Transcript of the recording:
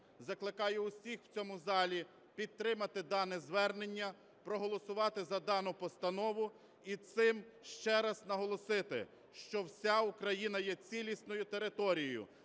Закликаю усіх в цьому залі підтримати дане звернення, проголосувати за дану постанову і цим ще раз наголосити, що вся Україна є цілісною територією,